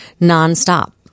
nonstop